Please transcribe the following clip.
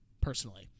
personally